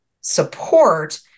support